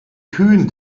kühn